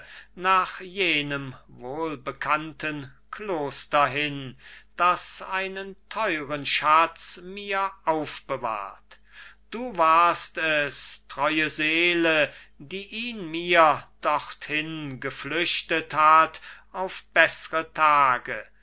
nach jenem wohlbekannten kloster hin das einen theuren schatz mir aufbewahrt du warst es treue seele der ihn mir dorthin geflüchtet hat auf beßre tage